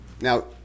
Now